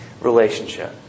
relationship